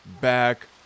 back